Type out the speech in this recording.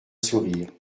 sourire